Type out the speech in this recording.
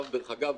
דרך אגב,